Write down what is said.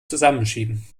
zusammenschieben